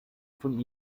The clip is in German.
von